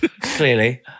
clearly